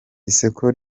isoko